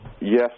Yes